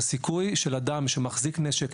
הסיכוי של אדם שמחזיק נשק,